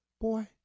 Boy